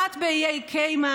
אחת באיי קיימן,